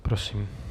Prosím.